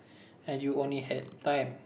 and you only had time